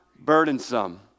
Burdensome